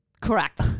Correct